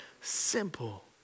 simple